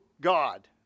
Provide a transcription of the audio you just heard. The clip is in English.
God